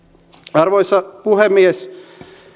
arvoisa puhemies